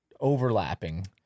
overlapping